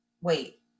wait